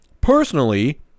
personally